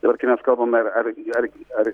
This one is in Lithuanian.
dabar kai mes kalbame ar ar ar ar